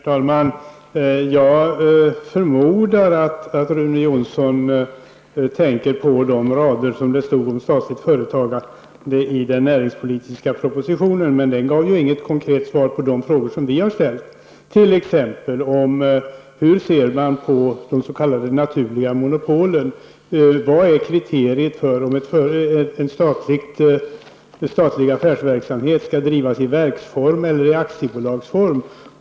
Herr talman! Jag förmodar att Rune Jonsson tänker på de rader i den näringspolitiska propositionen som handlar om statligt företagande. Men där finns inga konkreta svar på de frågor som vi har ställt, t.ex. om hur man ser på de s.k. naturliga monopolen. Vad är kriteriet för om en statlig verksamhet skall bedrivas i verksform eller i aktiebolagsform?